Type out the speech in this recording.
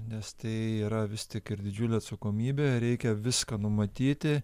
nes tai yra vis tik ir didžiulė atsakomybė reikia viską numatyti